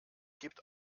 gibt